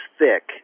thick